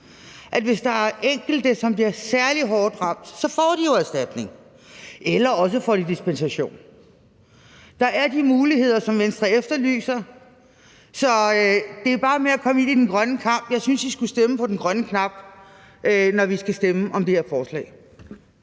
hvis der er enkelte, som bliver særlig hårdt ramt, får de erstatning, eller også får de dispensation. Der er de muligheder, som Venstre efterlyser, så det er bare med at komme ind i den grønne kamp. Jeg synes, I skulle trykke på den grønne knap, når vi skal stemme om det her forslag.